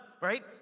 Right